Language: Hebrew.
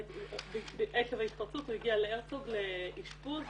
עקב ההתפרצות הוא הגיע להרצוג לאשפוז,